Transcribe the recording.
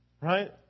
right